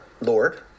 Lord